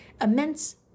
Immense